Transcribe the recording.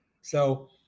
So-